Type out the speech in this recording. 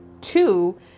two